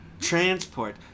transport